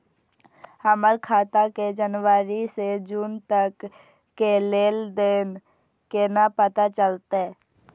हमर खाता के जनवरी से जून तक के लेन देन केना पता चलते?